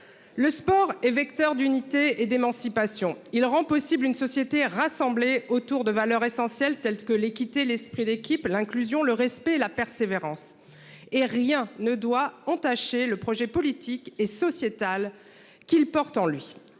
Le sport est vecteur d'unité et d'émancipation, il rend possible une société rassemblée autour de valeurs essentielles telles que l'équité, l'esprit d'équipe l'inclusion le respect la persévérance et rien ne doit entacher le projet politique et sociétal qu'il porte en lui.